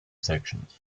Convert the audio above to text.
sections